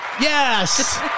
Yes